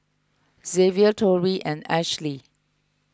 Xzavier Torrey and Ashely